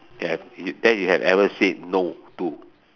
ya you that you have ever said no to